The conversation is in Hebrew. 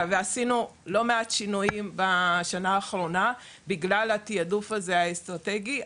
ועשינו לא מעט שינויים בשנה האחרונה בגלל התיעדוף הזה האסטרטגי,